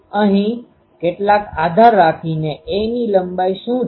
અહીં કેટલાક આધાર રાખીને a ની લંબાઈ શું છે